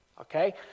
okay